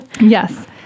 Yes